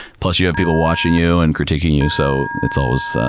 plus, you have people watching you and critiquing you. so, it's always,